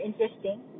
interesting